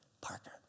Parker